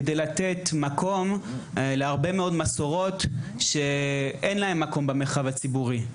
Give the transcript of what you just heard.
כדי לתת מקום להרבה מאוד מסורות שאין להן מקום במרחב הציבורי.